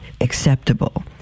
acceptable